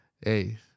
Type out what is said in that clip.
hey